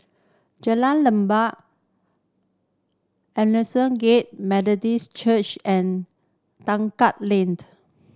Jalan Limbok Aldersgate Methodist Church and Tekka Laned